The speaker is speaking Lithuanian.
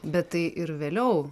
bet tai ir vėliau